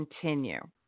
continue